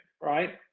right